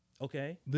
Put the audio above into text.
okay